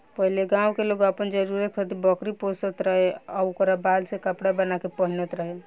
पहिले गांव के लोग आपन जरुरत खातिर बकरी पोसत रहे आ ओकरा बाल से कपड़ा बाना के पहिनत रहे